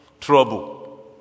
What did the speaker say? trouble